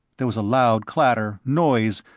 there was a loud clatter, noise,